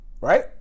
right